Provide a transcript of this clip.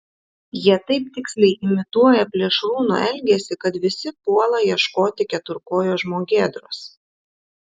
jie taip tiksliai imituoja plėšrūno elgesį kad visi puola ieškoti keturkojo žmogėdros